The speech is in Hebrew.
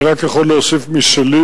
אני רק יכול להוסיף משלי.